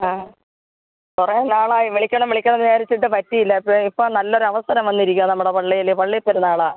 ആ കുറേ നാളായി വിളിക്കണം വിളിക്കണം എന്നു വിചാരിച്ചിട്ടു പറ്റിയില്ല ഇപ്പോള് ഇപ്പോള് നല്ലൊവസരം വന്നിരിക്കുകയാണ് നമ്മുടെ പള്ളിയില് പള്ളിപ്പെരുനാളാണ്